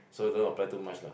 so don't apply too much lah